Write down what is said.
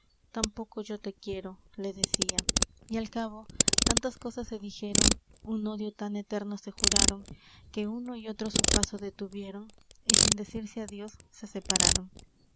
tampoco yo te quiero le decia y al cabo tantas cosas se dijeron un odio tan eterno se juraron que uno y otro su paso detuvieron y sin decirse adios se separaron